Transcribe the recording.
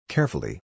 Carefully